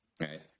right